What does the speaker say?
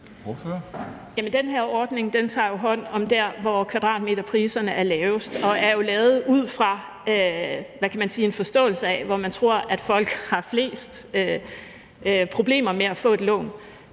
Den her ordning tager jo hånd om de steder, hvor kvadratmeterpriserne er lavest, og er jo lavet ud fra – hvad kan man sige – en forståelse af, hvor man tror at folk har flest problemer med at få et lån.